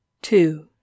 Two